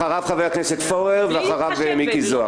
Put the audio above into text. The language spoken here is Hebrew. אחריו חבר הכנסת פורר ואחריו מיקי זוהר.